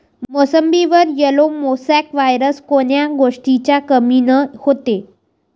मोसंबीवर yellow mosaic virus कोन्या गोष्टीच्या कमीनं होते?